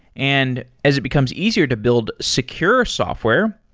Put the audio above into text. and as it becomes easier to build secure software,